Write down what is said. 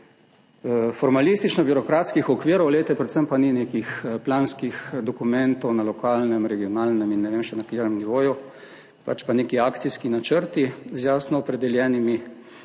formalistično-birokratskih okvirov, predvsem pa ni nekih planskih dokumentov na lokalnem, regionalnem in ne vem še na katerem nivoju, pač pa neki akcijski načrti z jasno opredeljenimi